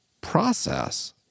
process